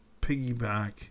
piggyback